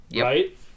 right